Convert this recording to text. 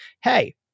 hey